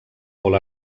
molt